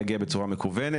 יגיע בצורה מקוונת.